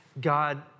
God